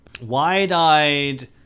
wide-eyed